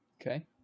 Okay